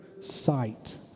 sight